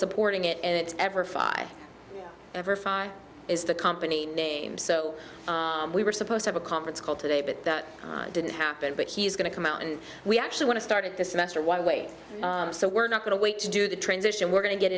supporting it and its ever five ever fine is the company name so we were supposed have a conference call today but that didn't happen but he's going to come out and we actually want to start this semester one way so we're not going to wait to do the transition we're going to get